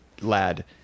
lad